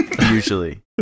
Usually